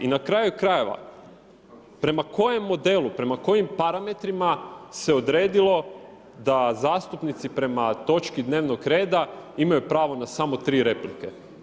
I na kraju krajeva prema kojem modelu, prema kojim parametrima se odredilo da zastupnici prema točki dnevnog reda imaju pravo na samo tri replike.